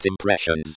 Impressions